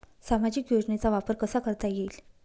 सामाजिक योजनेचा वापर कसा करता येईल?